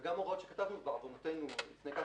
וגם הוראות שכתבתנו בעוונותינו לפני כמה